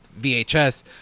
VHS